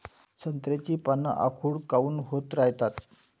संत्र्याची पान आखूड काऊन होत रायतात?